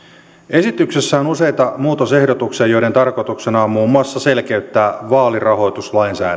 esityksessä on useita muutosehdotuksia joiden tarkoituksena on muun muassa selkeyttää vaalirahoituslainsäädäntöä